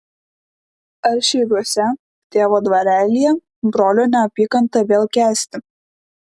ar širviuose tėvo dvarelyje brolio neapykantą vėl kęsti